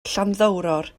llanddowror